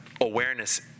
awareness